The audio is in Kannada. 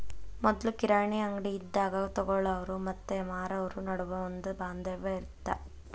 ಮೊದ್ಲು ಕಿರಾಣಿ ಅಂಗ್ಡಿ ಇದ್ದಾಗ ತೊಗೊಳಾವ್ರು ಮತ್ತ ಮಾರಾವ್ರು ನಡುವ ಒಂದ ಬಾಂಧವ್ಯ ಇತ್ತ